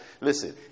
listen